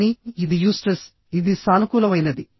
కానీ ఇది యూస్ట్రెస్ ఇది సానుకూలమైనది